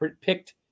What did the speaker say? picked